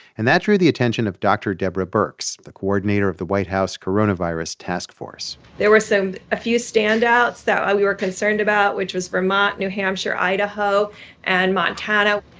and that drew the attention of dr. deborah birx, the coordinator of the white house coronavirus task force there were some a few standouts that we were concerned about, which was vermont, new hampshire, idaho and montana.